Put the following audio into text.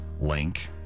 link